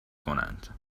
کنند